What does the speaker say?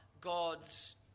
God's